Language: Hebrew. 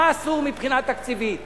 מה אסור מבחינה תקציבית,